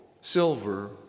silver